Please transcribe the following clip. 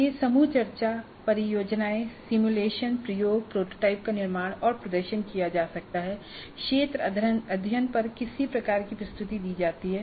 यह समूह चर्चा परियोजनाएं सिमुलेशन प्रयोग और प्रोटोटाइप का निर्माण और प्रदर्शन किया जा सकता है क्षेत्र अध्ययन पर किसी प्रकार की प्रस्तुति दी जाती है